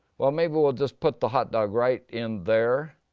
well maybe we'll just put the hot dog right in there.